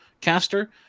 caster